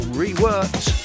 reworked